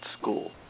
School